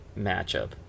matchup